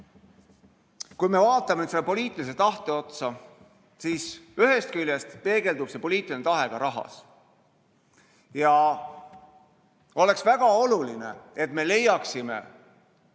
kui me vaatame nüüd seda poliitilist tahet, siis ühest küljest peegeldub see poliitiline tahe ka rahas. Oleks väga oluline, et me leiaksime